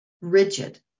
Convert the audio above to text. rigid